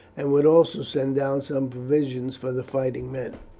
and would also send down some provisions for the fighting men.